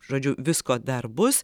žodžiu visko dar bus